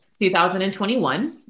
2021